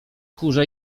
kurze